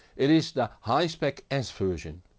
it is the high spec s version.